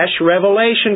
revelation